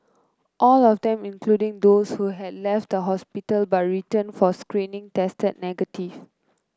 all of them including those who had left the hospital but returned for screening tested negative